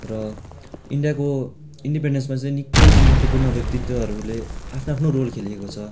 र इन्डियाको इन्डिपेन्डेन्समा चाहिँ निक्कै महत्त्वपूर्ण व्यक्तित्वहरूले आफ्नो आफ्नो रोल खेलेको छ